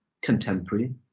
contemporary